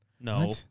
No